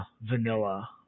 vanilla